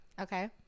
Okay